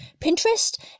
Pinterest